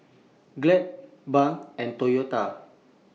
Glad Braun and Toyota